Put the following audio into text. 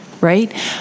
Right